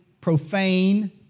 profane